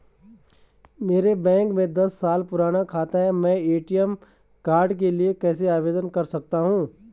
मेरा बैंक में दस साल पुराना खाता है मैं ए.टी.एम कार्ड के लिए कैसे आवेदन कर सकता हूँ?